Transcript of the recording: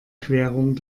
querung